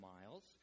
miles